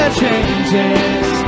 changes